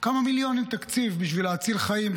כמה מיליונים תקציב בשביל להציל חיים,